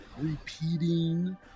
repeating